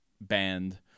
band